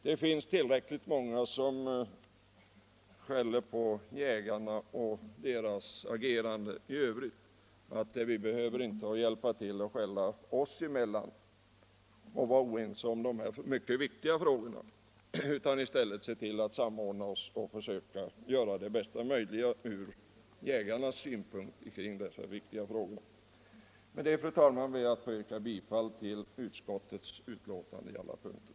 Det finns tillräckligt många som skäller på jägarna och deras agerande, och vi behöver inte hjälpa till genom att skälla oss emellan och vara oense om de här mycket viktiga frågorna. I stället borde vi försöka samordna verksamheten och göra det bästa möjliga ur jägarnas synpunkt. Med detta ber jag, fru talman, att få yrka bifall till utskottets betänkande på alla punkter.